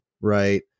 right